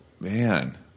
man